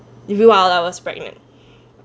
if you while I was pregnant